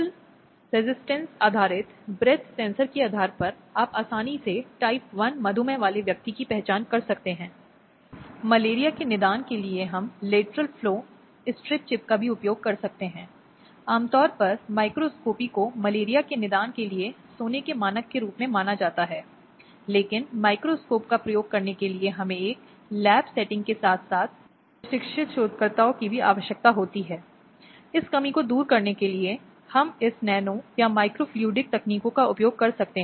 लेकिन जैसा कि हम पिछले कुछ दशकों में आगे बढ़े हैं और शायद दुनिया के अन्य स्थानों में भी अब क्या है यह यूके यूएस आदि के कानूनों में दिखता है यह कहना सही नहीं होगा कहने के लिए यह धारणा अभी भी प्रमुख है लेकिन एक आंदोलन हुआ है और एक विकास हुआ है